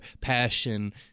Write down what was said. passion